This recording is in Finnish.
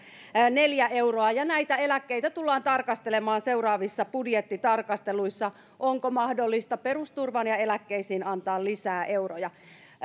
euroa ja näitä eläkkeitä tullaan tarkastelemaan seuraavissa budjettitarkasteluissa onko mahdollista perusturvaan ja eläkkeisiin antaa lisää euroja